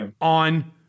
on